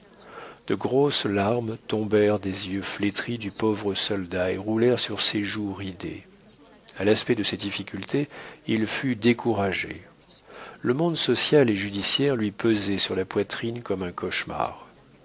de grosses larmes tombèrent des yeux flétris du pauvre soldat et roulèrent sur ses joues ridées a l'aspect de ces difficultés il fut découragé le monde social et judiciaire lui pesait sur la poitrine comme un cauchemar